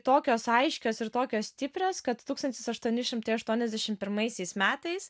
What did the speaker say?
tokios aiškios ir tokios stiprios kad tūkstantis aštuoni šimtai aštuoniasdešim pirmaisiais metais